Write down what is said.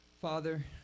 Father